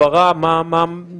הבהרה מה באמת,